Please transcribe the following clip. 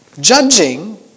Judging